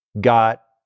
got